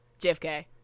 JFK